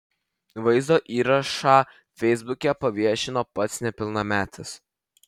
vaizdo įrašą feisbuke paviešino pats nepilnametis